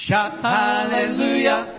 Hallelujah